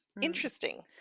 interesting